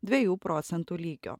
dviejų procentų lygio